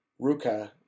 Ruka